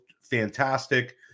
fantastic